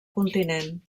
continent